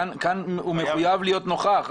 כאן הוא מחויב להיות נוכח.